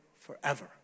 forever